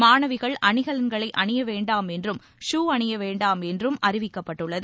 மாணவிகள் அணிகலன்களை அணிய வேண்டாம் என்றும் ஷூ அணிய வேண்டாம் என்றும் அறிவிக்கப்பட்டுள்ளது